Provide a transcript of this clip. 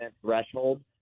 threshold